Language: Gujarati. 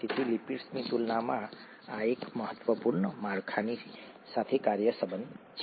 તેથી લિપિડની તુલનામાં આ એક મહત્વપૂર્ણ માળખાની સાથે કાર્ય સંબંધ છે